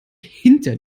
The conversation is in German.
hinter